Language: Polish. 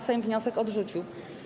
Sejm wniosek odrzucił.